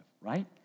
right